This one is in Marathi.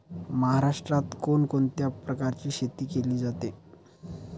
महाराष्ट्रात कोण कोणत्या प्रकारची शेती केली जाते?